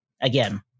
Again